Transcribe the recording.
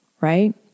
right